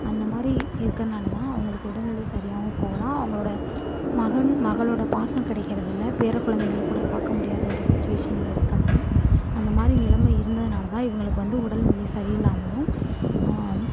அந்தமாதிரி இருக்கிறனால தான் அவர்களுக்கு உடல்நிலை சரியாகவும் போகலாம் அவர்களோட மகன் மகளோடய பாசம் கிடைக்குறது இல்லை பேரக்குழந்தைகளை கூட பார்க்க முடியாத ஒரு சுச்சுவேஷனில் இருக்காங்க அந்தமாதிரி நிலைமை இருந்ததனால் தான் இவர்களுக்கு வந்து உடல்நிலை சரி இல்லாமலும்